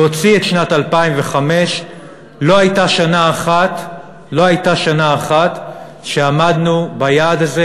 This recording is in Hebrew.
להוציא את שנת 2005 לא הייתה שנה אחת שבה עמדנו ביעד הזה.